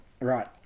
Right